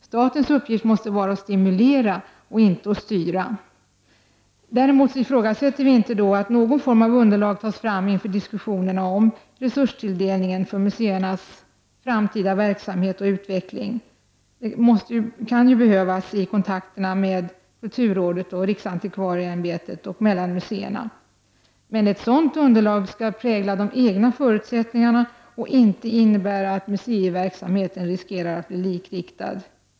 Statens uppgift måste vara att stimulera, inte att styra. Däremot ifrågasätter vi inte att någon form av underlag tas fram inför diskussioner om resurstilldelning för museernas framtida verksamhet och utveckling. Det kan ju behövas i kontakterna med kulturrådet och riksantikvarieämbetet och mellan museerna. Men ett sådant underlag skall präglas av de egna förutsättningarna och inte innebära att museiverksamheten riskerar att bli likriktad.